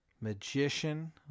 magician